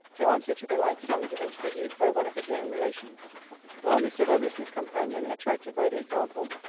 to answer to the like sum given to the youth by one of his own relation while mr. lovelace's companion, attracted by the example,